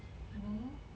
no